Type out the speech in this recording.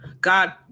god